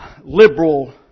liberal